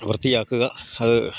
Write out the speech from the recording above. വൃത്തിയാക്കുക അത്